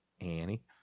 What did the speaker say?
Annie